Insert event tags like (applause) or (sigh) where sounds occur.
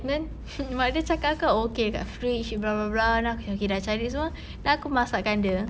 then (laughs) mak dia cakap kan okay kat fridge blah blah blah then okay sudah cari semua then aku masakkan dia